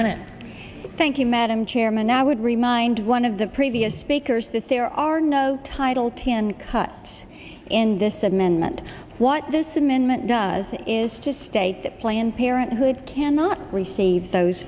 minute thank you madam chairman i would remind one of the previous speakers that there are no title can cut in this amendment what this amendment does is to state that planned parenthood cannot receive those